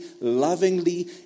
lovingly